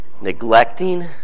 Neglecting